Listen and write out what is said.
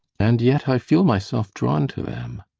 and yet i feel myself drawn to them.